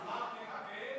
אמרת מחבל?